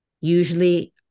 Usually